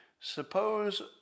Suppose